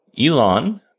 Elon